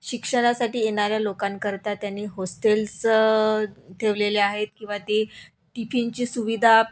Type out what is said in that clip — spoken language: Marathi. शिक्षणासाठी येणाऱ्या लोकांकरता त्यांनी होस्टेल्स ठेवलेले आहेत किंवा ते टिफिनची सुविधा